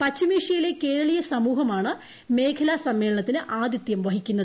പശ്ചിമേഷ്യയിലെ കേരളീയ സമൂഹമാണ് മേഖലാ സമ്മേളനത്തിന് ആതിഥ്യം വഹിക്കുന്നത്